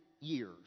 years